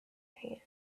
hand